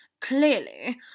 Clearly